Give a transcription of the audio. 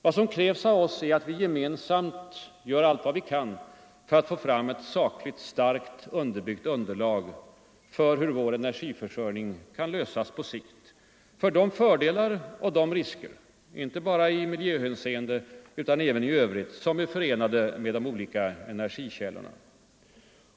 Vad som krävs av oss är att vi gemensamt gör allt vad vi kan för att få fram ett sakligt starkt underbyggt underlag för hur vår energiförsörjning kan lösas på sikt och för de fördelar och de risker, inte bara i miljöhänseende utan även i övrigt, som är förenade med de olika energikällorna.